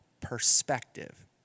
perspective